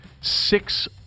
Six